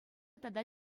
тата